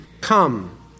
come